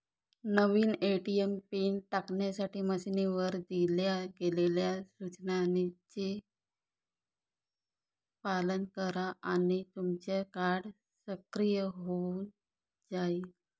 नवीन ATM PIN टाकण्यासाठी मशीनवर दिल्या गेलेल्या सूचनांचे पालन करा आणि तुमचं कार्ड सक्रिय होऊन जाईल